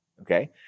Okay